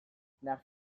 nach